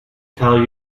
tell